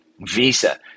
Visa